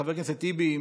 חבר הכנסת טיבי,